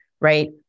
right